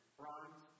bronze